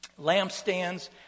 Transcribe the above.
lampstands